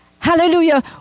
Hallelujah